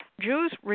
Jews